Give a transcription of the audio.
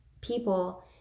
people